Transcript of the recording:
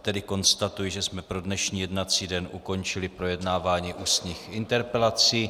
Tedy konstatuji, že jsme pro dnešní jednací den ukončili projednávání ústních interpelací.